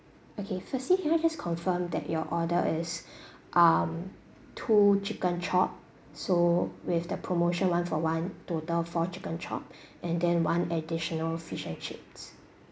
okay firstly can I just confirm that your order is um two chicken chop so with the promotion one for one total four chicken chop and then one additional fish and chips